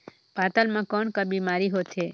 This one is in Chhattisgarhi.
पातल म कौन का बीमारी होथे?